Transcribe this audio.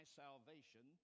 salvation